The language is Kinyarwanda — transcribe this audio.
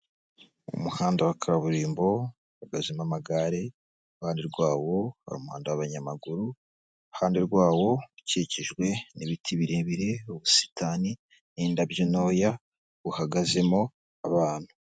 Umuhanda wa kaburimbo uhagazemo amagare, iruhande rwawo hari umuhanda w'abanyamagu, iruhande rwawo ukikijwe n'ibiti birebire, ubusitani, indabyo ntoya uhagazemo abantu.